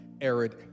arid